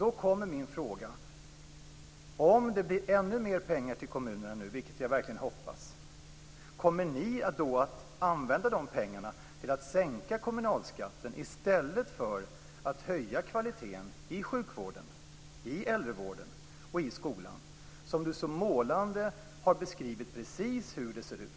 Då blir min fråga: Om det nu blir ännu mera pengar till kommunerna, vilket jag verkligen hoppas, kommer ni då att använda de pengarna till att sänka kommunalskatten i stället för att höja kvaliteten i sjukvården, i äldrevården och i skolan där du så målande har beskrivit precis hur det ser ut?